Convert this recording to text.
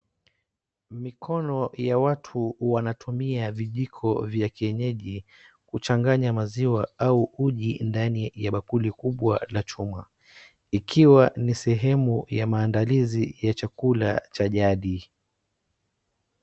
Mikono ya watu wanatumia vijiko vya kienyeji kuchanganya maziwa au uji ndani ya bakuli kubwa la chuma ikiwa ni sehemu ya maandalizi ya chakula cha jadi.